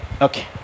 okay